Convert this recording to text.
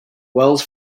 wells